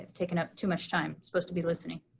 taken up too much time. supposed to be listening.